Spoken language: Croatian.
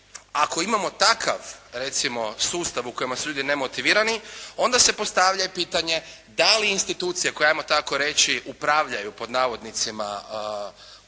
ako imamo takav recimo sustav u kojima su ljudi nemotivirani onda se postavlja i pitanje da li institucije koje ajmo tako reći upravljaju, pod navodnicima, unutar